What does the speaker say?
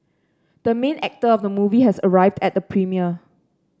the main actor of the movie has arrived at the premiere